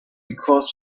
because